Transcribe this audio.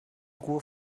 ruhe